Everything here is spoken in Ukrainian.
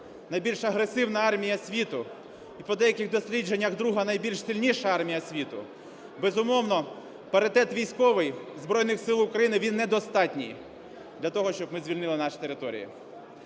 найбільш агресивна армія світу і по деяких дослідженнях друга найбільш сильніша армія світу, безумовно, паритет військовий Збройних Сил України, він недостатній для того, щоб ми звільнили наші території.